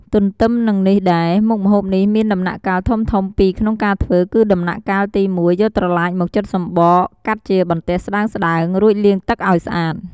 ទន្ទឹមនឹងនេះដែរ មុខម្ហូបនេះមានដំណាក់កាលធំៗពីរក្នុងការធ្វើ គឺដំណាក់កាលទី១ យកត្រឡាចមកចិតសំបក កាត់ជាបន្ទះស្ដើងៗ រួចលាងទឹកឱ្យស្អាត ។